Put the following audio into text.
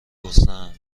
گرسنهام